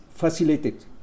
facilitated